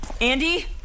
Andy